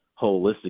holistically